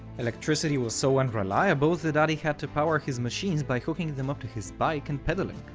electricity was so unreliable that adi had to power his machines by hooking them up to his bike and pedalling.